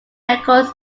records